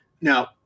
now